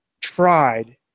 tried